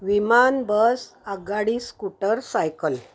विमान बस आगगाडी scooter cycle